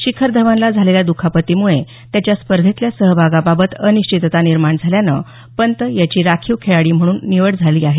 शिखर धवनला झालेल्या दुखापतीमुळे त्याच्या स्पर्धेतल्या सहभागाबाबत अनिश्चितता निर्माण झाल्यानं पंत याची राखीव खेळाडू म्हणून निवड करण्यात आली आहे